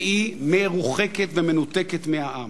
והיא מרוחקת ומנותקת מהעם.